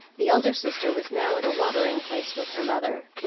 the elder sister was now at a watering-place with her mother,